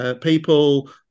People